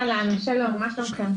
אהלן שלום, מה שלומכם?